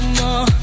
more